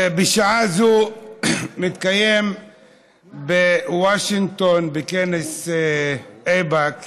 בשעה זו מתקיים בוושינגטון באיפא"ק